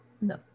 No